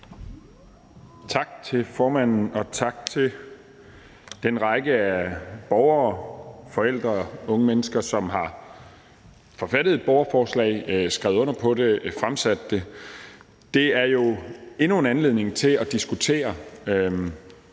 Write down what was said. Tak til formanden, og tak til den række af borgere, forældre og unge mennesker, som har forfattet et borgerforslag, skrevet under på det og fået det fremsat. Det er jo endnu en anledning til at diskutere